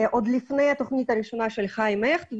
עוד לפני התוכנית הראשונה של חיים הכט.